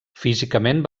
físicament